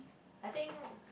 I think